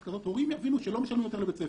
הורים יבינו שלא משלמים יותר לבית ספר.